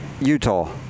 Utah